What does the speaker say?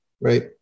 right